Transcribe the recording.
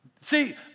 See